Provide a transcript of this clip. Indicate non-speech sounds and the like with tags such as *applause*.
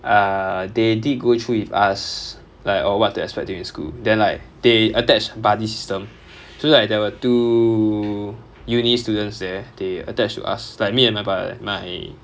err they did go through with us like oh what to expect during school then like they attach buddy system so like there were two uni students there they attached to us like me and my bu~ my *noise*